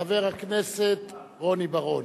חבר הכנסת רוני בר-און.